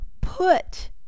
put